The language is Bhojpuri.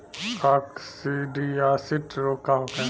काकसिडियासित रोग का होखे?